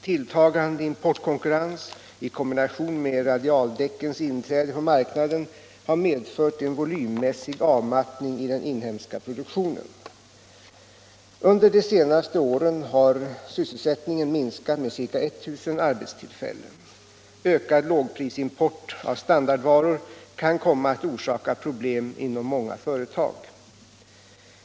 Tilltagande importkonkurrens i kombination med radialdäckens inträde på marknaden har medfört en volymmässig avmattning i den inhemska produktionen. Under de senaste åren har sysselsättningen minskat med ca 1 000 arbetstillfällen. Ökad lågprisimport av standardvaror kan komma att orsaka problem inom många företag.